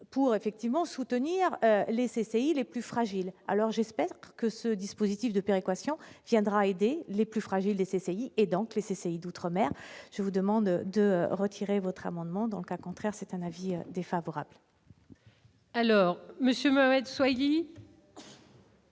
pour effectivement soutenir les CCI, les plus fragiles, alors j'espère que ce dispositif de péréquation viendra aider les plus fragiles des CCI et donc les CCI d'outre-mer, je vous demande de retirer votre amendement dans le cas contraire, c'est un avis défavorable. Alors, Monsieur Mohammed